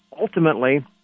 ultimately